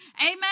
Amen